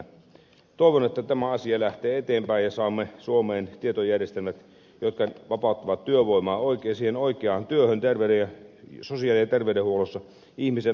toivon että tämä asia lähtee eteenpäin ja saamme suomeen tietojärjestelmät jotka vapauttavat työvoimaa siihen oikeaan työhön sosiaali ja terveydenhuollossa ihmisen auttamiseen